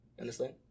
understand